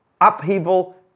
upheaval